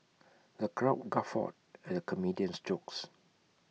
the crowd guffawed at the comedian's jokes